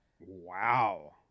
Wow